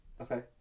Okay